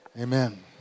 Amen